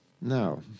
Now